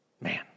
Man